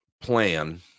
plan